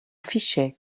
fichais